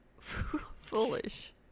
foolish